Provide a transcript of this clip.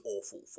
awful